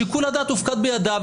שיקול הדעת הופקד בידיו.